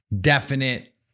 definite